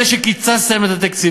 אלה שקיצצתם להם את התקציבים,